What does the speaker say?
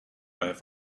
have